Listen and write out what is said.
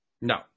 No